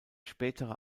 spätere